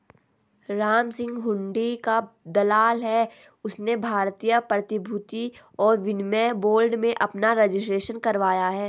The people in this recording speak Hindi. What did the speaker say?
रामसिंह हुंडी का दलाल है उसने भारतीय प्रतिभूति और विनिमय बोर्ड में अपना रजिस्ट्रेशन करवाया है